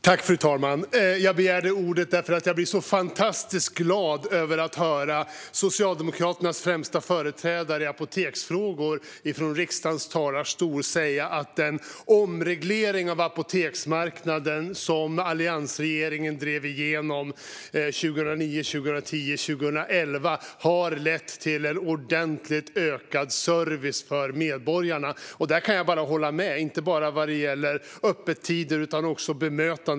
Fru talman! Jag begärde ordet därför att jag blev så fantastiskt glad över att höra Socialdemokraternas främsta företrädare i apoteksfrågor från riksdagens talarstol säga att den omreglering av apoteksmarknaden som alliansregeringen drev igenom 2009-2011 har lett till en ordentligt ökad service för medborgarna. Där kan jag bara hålla med. Det gäller inte bara öppettider utan också bemötande.